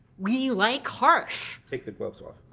we like harsh. take the gloves off.